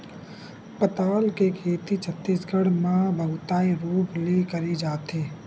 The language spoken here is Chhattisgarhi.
पताल के खेती छत्तीसगढ़ म बहुताय रूप ले करे जाथे